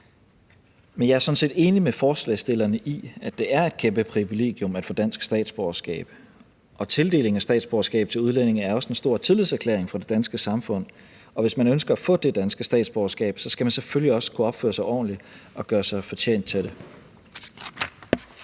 Men jeg er sådan set enig med forslagsstillerne i, at det er et kæmpe privilegium at få dansk statsborgerskab, og tildeling af statsborgerskab til udlændinge er også en stor tillidserklæring fra det danske samfund. Og hvis man ønsker at få det danske statsborgerskab, skal man selvfølgelig også kunne opføre sig ordentligt og gøre sig fortjent til det.